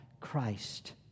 Christ